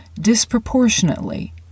disproportionately